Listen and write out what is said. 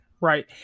Right